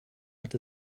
hat